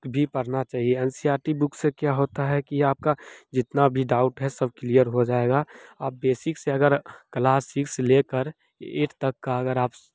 भी पढ़ना चाहिए NCERT book से क्या होता है कि आपके जितने भी डाउट है सब क्लियर हो जाएंगे आप बेसिक से अगर क्लास सिक्स्थ से लेकर एट तक का अगर आप